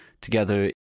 together